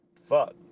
Fuck